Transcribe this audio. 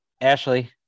Ashley